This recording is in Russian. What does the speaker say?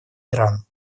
иран